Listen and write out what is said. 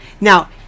Now